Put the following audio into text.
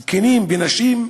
זקנים ונשים,